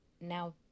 Now